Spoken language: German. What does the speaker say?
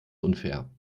unfair